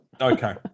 Okay